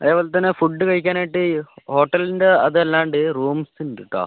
അതേപോലത്തന്നെ food കഴിക്കാനായിട്ട് ഹോട്ടലിൻ്റ അതല്ലാണ്ട് റൂംസ് ഉണ്ട് കേട്ടോ